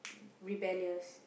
rebellious